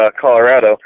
Colorado